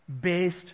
based